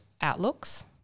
outlooks